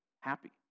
happy